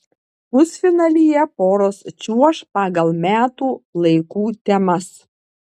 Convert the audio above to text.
pusfinalyje poros čiuoš pagal metų laikų temas